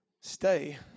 stay